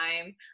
time